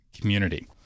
community